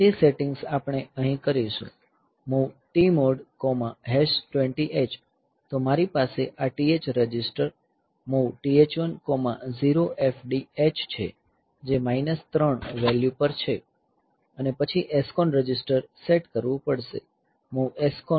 તે સેટિંગ્સ આપણે અહીં કરીશું MOV TMOD20 H તો મારી પાસે આ TH register MOV TH10FD H છે જે માઈનસ 3 વેલ્યુ પર છે અને પછી SCON રજિસ્ટર સેટ કરવું પડશે MOV SCON50 H